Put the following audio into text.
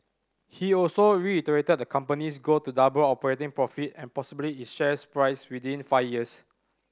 he also reiterated the company's goal to double operating profit and possibly its share price within five years